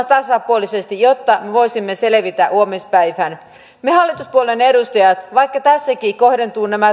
tasapuolisesti jotta me voisimme selvitä huomispäivään meidän hallituspuolueen edustajien vaikka tässäkin nämä